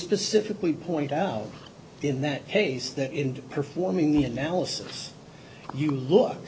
specifically point out in that case that into performing the analysis you look